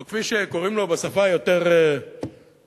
או שכפי שקוראים לו בשפה היותר מרקסיסטית,